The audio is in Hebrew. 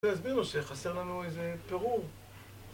זה הסביר לו שחסר לנו איזה פירור